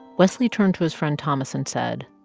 wesley turned to his friend thomas and said.